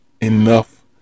enough